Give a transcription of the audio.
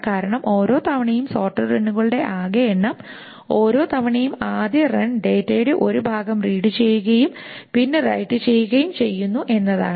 കാരണം ഓരോ തവണയും സോർട്ടഡ് റണ്ണുകളുടെ ആകെ എണ്ണം ഓരോ തവണയും ആദ്യ റൺ ഡാറ്റയുടെ ഒരു ഭാഗം റീഡ് ചെയ്യുകയും പിന്നെ റൈറ്റ് ചെയ്യുകയും ചെയ്യുന്നു എന്നതാണ്